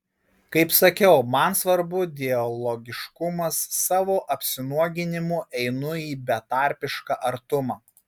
kaip sakiau man svarbu dialogiškumas savo apsinuoginimu einu į betarpišką artumą